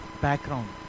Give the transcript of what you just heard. background